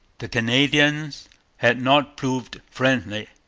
the canadians had not proved friendly.